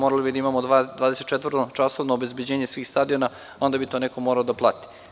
Morali bismo da imamo 24 časa obezbeđenje svih stadiona, a onda bi to neko morao da plati.